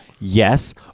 Yes